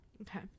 okay